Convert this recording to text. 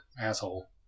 asshole